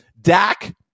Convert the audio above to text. Dak